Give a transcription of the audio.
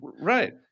Right